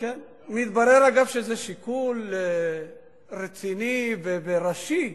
לי יש בעיה, אגב, שזה שיקול רציני וראשי.